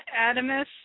Adamus